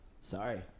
Sorry